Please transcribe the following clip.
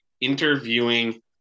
interviewing